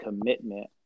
commitment